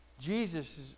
Jesus